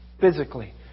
physically